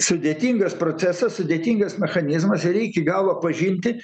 sudėtingas procesas sudėtingas mechanizmas ir jį iki galo pažinti